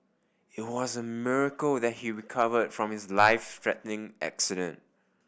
it was a miracle that he recovered from his life threatening accident